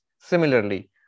Similarly